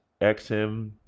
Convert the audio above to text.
XM